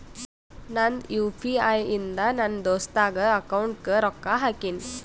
ನಂದ್ U P I ಇಂದ ನನ್ ದೋಸ್ತಾಗ್ ಅಕೌಂಟ್ಗ ರೊಕ್ಕಾ ಹಾಕಿನ್